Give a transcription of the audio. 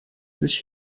sich